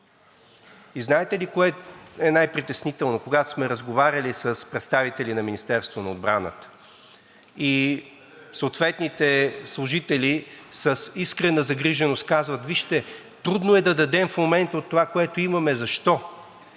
И знаете ли кое е най-притеснителното? Когато сме разговаряли с представители на Министерството на отбраната и съответните служители с искрена загриженост казват: „Вижте, трудно е да дадем в момента от това, което имаме. Защо?